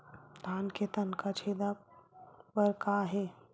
धान के तनक छेदा बर का हे?